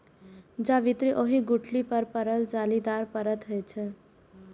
जावित्री ओहि गुठली पर पड़ल जालीदार परत होइ छै